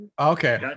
Okay